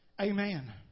Amen